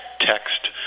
text